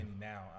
now